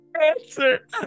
Answer